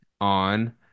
on